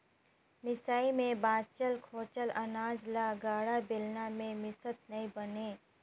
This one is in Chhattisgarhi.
मिसई मे बाचल खोचल अनाज ल गाड़ा, बेलना मे मिसत नी बने